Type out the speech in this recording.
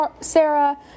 Sarah